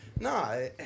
no